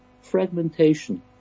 Fragmentation